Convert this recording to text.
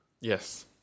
Yes